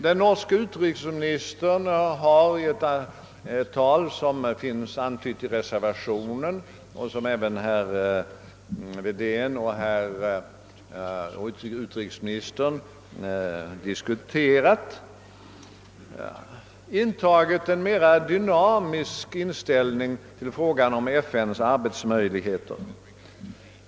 Den norske utrikesministern har i ett tal visat — såsom finns antytt i reservationen och som även herr Wedén och utrikesministern har diskuterat — en mera dynamisk inställning till spörsmålet om FN:s arbetsmöjligheter.